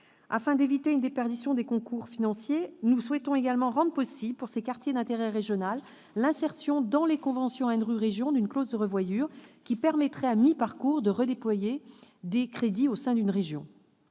Afin d'éviter une déperdition de concours financiers, nous souhaitons également rendre possible, pour ces quartiers d'intérêt régional, l'insertion, dans les conventions ANRU-région, d'une clause de revoyure qui permettrait, à mi-parcours, de redéployer des crédits au sein d'une région.